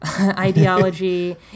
ideology